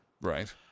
Right